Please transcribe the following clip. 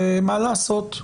כי מה לעשות?